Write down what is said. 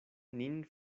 nin